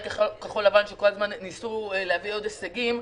כחול לבן שניסו כל הזמן להביא עוד הישגים.